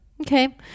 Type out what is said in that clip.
Okay